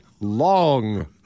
long